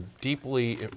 deeply